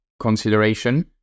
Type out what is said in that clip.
consideration